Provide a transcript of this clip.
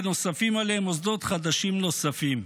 ונוספים עליהם מוסדות חדשים נוספים.